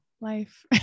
life